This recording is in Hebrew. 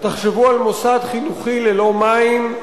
תחשבו על מוסד חינוכי ללא מים,